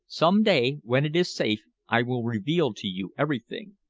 some day, when it is safe, i will reveal to you everything.